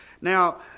Now